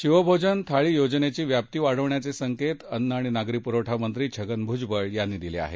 शिवभोजन थाळी योजनेची व्याप्ती वाढवण्याचे संकेत अन्न आणि नागरी प्रवठा मंत्री छगन भूजबळ यांनी दिले आहेत